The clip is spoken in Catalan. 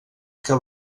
que